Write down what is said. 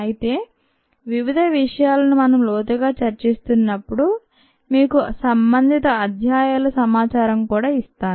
అయితే వివిధ విషయాలను మనం లోతుగా చర్చిస్తున్నప్పుడు మీకు సంబంధిత అధ్యాయాల సమాచారం కూడా ఇస్తాను